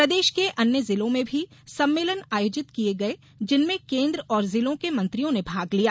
प्रदेश के अन्य जिलों में भी सम्मेलन आयोजित किये गये जिनमें केन्द्र और जिलों के मंत्रियों ने भाग लिया